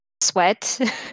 sweat